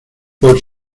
por